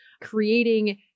creating